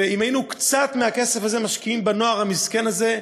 אם היינו קצת מהכסף הזה משקיעים בנוער המסכן הזה,